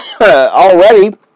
already